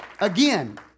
again